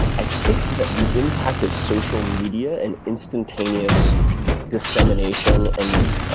i think that the impact of social media and instantaneous dissemination, and